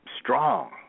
strong